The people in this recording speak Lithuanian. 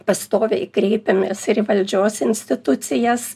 pastoviai kreipiamės ir į valdžios institucijas